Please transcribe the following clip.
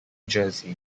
jersey